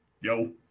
Yo